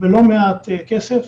בלא מעט כסף,